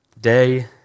day